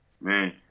Man